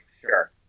sure